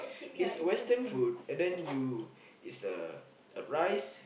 it's Western food and then you it's a a rice